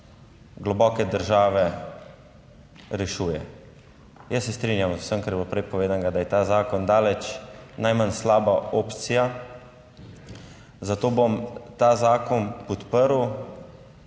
zato bom ta zakon podprl,